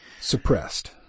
suppressed